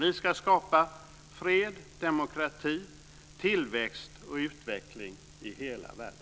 Vi ska skapa fred, demokrati, tillväxt och utveckling i hela världen.